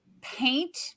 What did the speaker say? paint